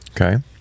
Okay